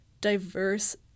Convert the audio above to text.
diverse